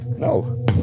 No